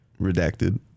Redacted